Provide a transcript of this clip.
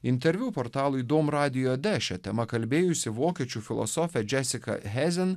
interviu portalui dom radijo de šia tema kalbėjusi vokiečių filosofė džesika hezen